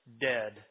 Dead